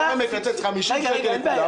אם היית אומר: אני עכשיו מקצץ 50 שקלים לכולם,